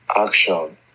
action